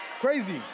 Crazy